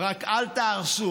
רק אל תהרסו.